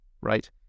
right